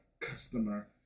customer